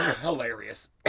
hilarious